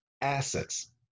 assets